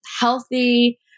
healthy